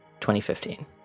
2015